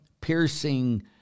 piercing